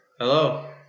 Hello